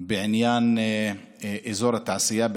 בעניין אזור התעשייה,